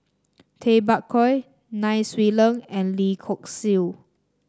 Tay Bak Koi Nai Swee Leng and Lim Hock Siew